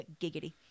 giggity